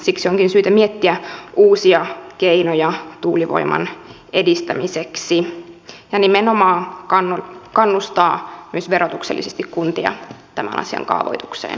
siksi onkin syytä miettiä uusia keinoja tuulivoiman edistämiseksi ja nimenomaan kannustaa myös verotuksellisesti kuntia tämän asian kaavoitukseen